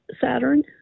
Saturn